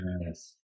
Yes